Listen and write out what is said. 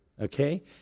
okay